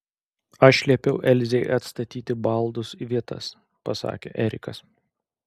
aš liepiau elzei atstatyti baldus į vietas pasakė erikas